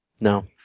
No